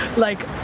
like,